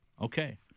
Okay